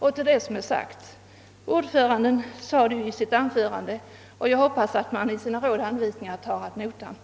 Utskottets ordförande tog emellertid upp denna sak i sitt anförande, och jag hoppas att socialstyrelsen tar detta ad notam